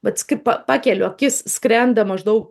vats kaip pakeliu akis skrenda maždaug